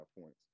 points